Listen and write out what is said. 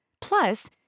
Plus